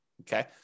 Okay